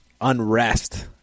unrest